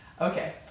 Okay